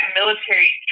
military